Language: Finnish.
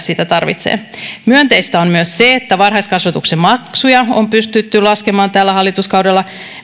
sitä tarvitsee myönteistä on myös se että varhaiskasvatuksen maksuja on pystytty laskemaan tällä hallituskaudella